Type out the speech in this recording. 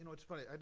it's funny,